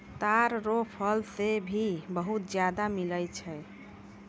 ताड़ रो फल से भी बहुत ज्यादा मिलै छै